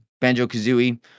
Banjo-Kazooie